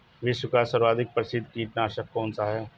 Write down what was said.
विश्व का सर्वाधिक प्रसिद्ध कीटनाशक कौन सा है?